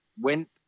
went